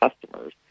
customers